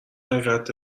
حقیقت